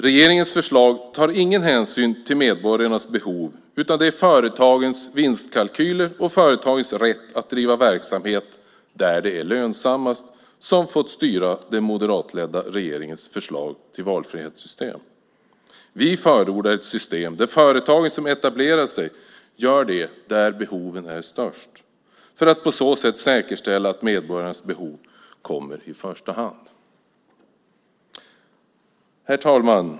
Regeringens förslag tar ingen hänsyn till medborgarnas behov, utan det är företagens vinstkalkyler och företagens rätt att driva verksamhet där det är lönsammast som har fått styra den moderatledda regeringens förslag till valfrihetssystem. Vi förordar ett system där företagen som etablerar sig gör det där behoven är störst för att på så sätt säkerställa att medborgarnas behov kommer i första hand. Herr talman!